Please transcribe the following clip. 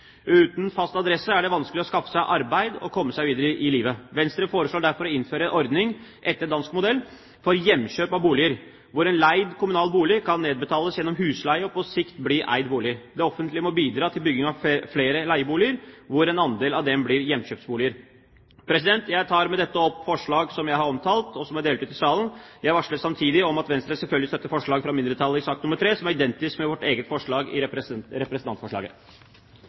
Uten fast adresse er det vanskelig å skaffe seg arbeid og komme seg videre i livet. Venstre foreslår derfor å innføre en ordning etter dansk modell for hjemkjøp av boliger, hvor en leid kommunal bolig kan nedbetales gjennom husleie og på sikt bli eid bolig. Det offentlige må bidra til bygging av flere leieboliger, hvor en andel av dem blir hjemkjøpsboliger. Jeg tar med dette opp de forslag som jeg har omtalt, og som er delt ut i salen. Jeg varsler samtidig om at Venstre selvfølgelig støtter forslaget fra mindretallet i sak nr. 3, som er identisk med vårt eget forslag i representantforslaget.